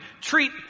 treat